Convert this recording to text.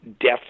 death